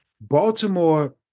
Baltimore